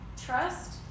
trust